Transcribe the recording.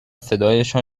صدایشان